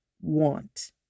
want